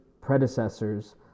predecessors